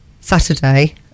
Saturday